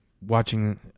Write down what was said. watching